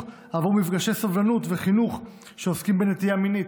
עבור מפגשי סובלנות וחינוך שעוסקים בנטייה מינית,